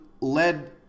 Led